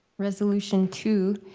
resolution two.